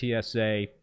TSA